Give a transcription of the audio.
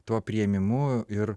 tuo priėmimu ir